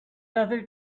other